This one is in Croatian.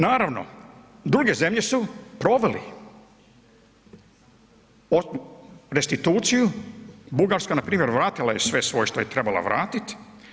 Naravno, druge zemlje su proveli restituciju, Bugarska, npr. vratila je sve svoje što je trebala vratiti.